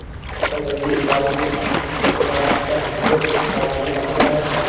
सकल घरेलू उत्पाद में कृषि का हिस्सा पिछले सालों में काफी बढ़ा है